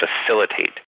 facilitate